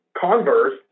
converse